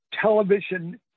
television